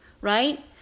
right